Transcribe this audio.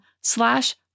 slash